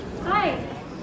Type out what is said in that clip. Hi